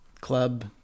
club